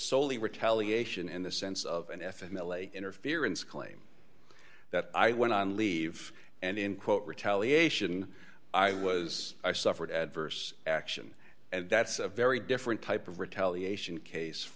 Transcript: soley retaliation in the sense of an f m l a interference claim that i went on leave and in quote retaliation i was i suffered adverse action and that's a very different type of retaliation case